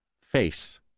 face